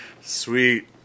Sweet